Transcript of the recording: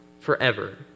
forever